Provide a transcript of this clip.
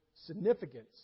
significance